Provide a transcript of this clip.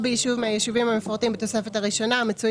או ביישוב מהיישובים המפורטים בתוספת הראשונה המצוי